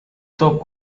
stop